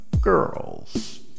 girls